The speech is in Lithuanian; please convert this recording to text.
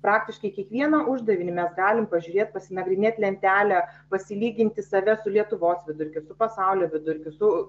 praktiškai kiekvieną uždavinį mes galim pažiūrėt pasinagrinėt lentelę pasilyginti save su lietuvos vidurkiu su pasaulio vidurkiu su